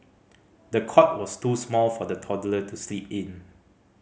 the cot was too small for the toddler to sleep in